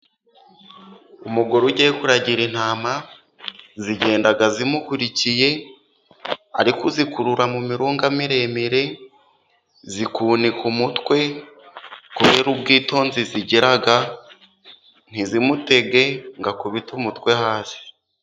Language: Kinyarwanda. Umugore ugiye kuragira intama zigenda zimukurikiye ari kuzikurura mu mirunga miremire, zikunika umutwe kubera ubwitonzi zigira, ntizimutege ngo akubite umutwe hasi.